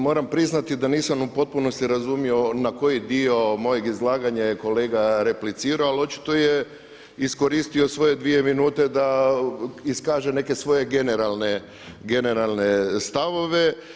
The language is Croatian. moram priznati da nisam u potpunosti razumio na koji dio mojeg izlaganja je kolega replicirao, ali očito je iskoristio svoje dvije minute da iskaže neke svoje generalne stavove.